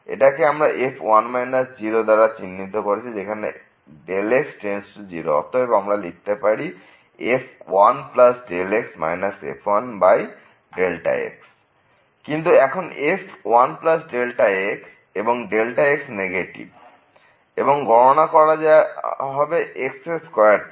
এটাকে আমরা f দাঁড়া চিহ্নিত করছি যেখানে x→0 অতএব আমরা লিখতে পারি f 1 Δ x f1Δ x কিন্তু এখন f 1 Δ x এবং x নেগেটিভ এবং এর গণনা করা হবে x2 থেকে